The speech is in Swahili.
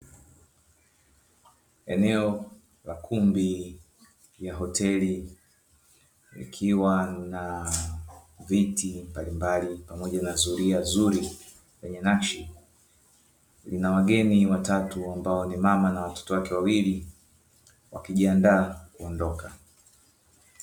Eneo la kumbi ya hoteli likiwa na viti mbalimbali pamoja na zulia zuri lenye nakshi, lina wageni watatu ambao ni mama na watoto wake wawili wakijiandaa kuondoka.